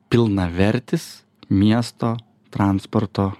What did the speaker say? pilnavertis miesto transporto